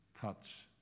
touch